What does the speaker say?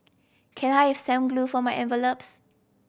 can I have some glue for my envelopes